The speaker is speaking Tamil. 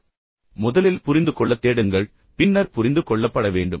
எனவே நினைவில் கொள்ளுங்கள் முதலில் புரிந்துகொள்ளத் தேடுங்கள் பின்னர் புரிந்து கொள்ளப்பட வேண்டும்